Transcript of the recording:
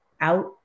out